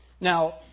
Now